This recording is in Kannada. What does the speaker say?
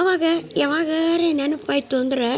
ಅವಾಗೆ ಯವಾಗಾರೆ ನೆನಪಾಯಿತು ಅಂದ್ರೆ